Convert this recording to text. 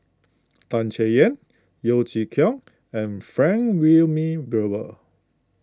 Tan Chay Yan Yeo Chee Kiong and Frank Wilmin Brewer